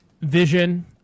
Vision